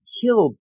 killed